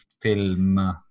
film